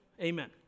Amen